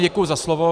Děkuji za slovo.